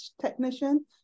technician